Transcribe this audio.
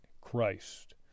Christ